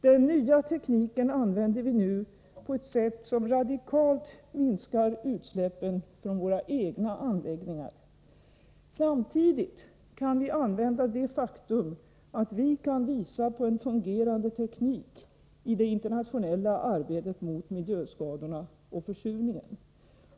Den nya tekniken använder vi nu på ett sätt som radikalt minskar utsläppen från våra egna anläggningar. Samtidigt kan vi åberopa det faktum att vi kan visa på en fungerande teknik i det internationella arbetet mot miljöskadorna och försurningen.